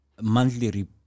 monthly